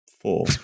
Four